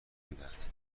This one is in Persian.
میدهد